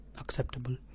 acceptable